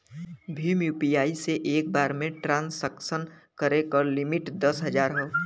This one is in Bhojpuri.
भीम यू.पी.आई से एक बार में ट्रांसक्शन करे क लिमिट दस हजार हौ